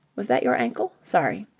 was that your ankle? sorry!